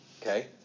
Okay